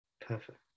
Perfect